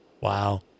Wow